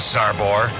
Sarbor